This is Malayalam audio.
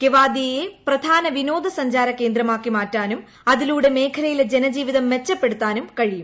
കെവാദിയയെ പ്രധാന വിനോദ സഞ്ചാര കേന്ദ്രമാക്ക്ട് മാറ്റാനും അതിലൂടെ മേഖലയിലെ ജനജീവിതം മെച്ചപ്പെടൂത്താനും കഴിയും